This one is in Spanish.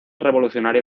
revolucionaria